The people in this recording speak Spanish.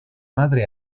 madre